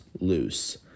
Loose